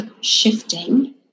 shifting